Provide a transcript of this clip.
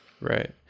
Right